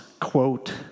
quote